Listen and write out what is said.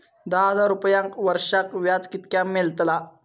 दहा हजार रुपयांक वर्षाक व्याज कितक्या मेलताला?